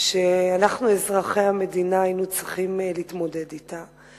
שאנחנו, אזרחי המדינה, היינו צריכים להתמודד אתה.